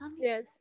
Yes